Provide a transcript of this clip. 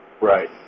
Right